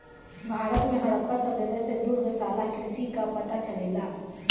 भारत में हड़प्पा सभ्यता से दुग्धशाला कृषि कअ पता चलेला